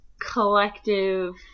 collective